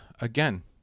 Again